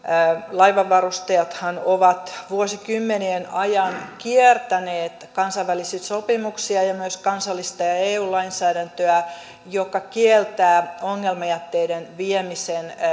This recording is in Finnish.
laivanvarustajathan ovat vuosikymmenien ajan kiertäneet kansainvälisiä sopimuksia ja myös kansallista ja eu lainsäädäntöä joka kieltää ongelmajätteiden viemisen